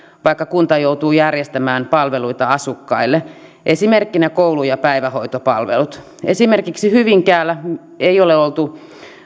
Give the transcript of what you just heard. vaikka kunta joutuu järjestämään palveluita asukkaille esimerkkinä koulu ja päivähoitopalvelut esimerkiksi hyvinkäällä ei ole oltu